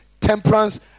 temperance